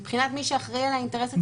מבחינת מי שאחראי על האינטרס הציבורי,